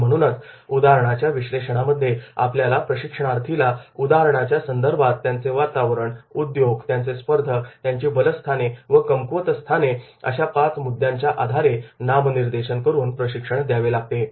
आणि म्हणूनच उदाहरणाच्या विश्लेषणामध्ये आपल्याला प्रशिक्षणार्थीला उदाहरणाच्या संदर्भात त्यांचे वातावरण उद्योग त्यांचे स्पर्धक त्यांची बलस्थाने व कमकुवत स्थाने अशा पाच मुद्द्यांच्या आधारे नामनिर्देशन करून प्रशिक्षण द्यावे लागते